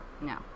No